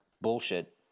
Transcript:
bullshit